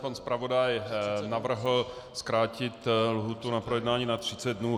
Pan zpravodaj navrhl zkrátit lhůtu na projednání na třicet dnů.